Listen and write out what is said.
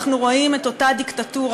אנחנו רואים את אותה דיקטטורה,